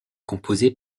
composée